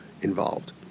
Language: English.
involved